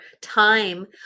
time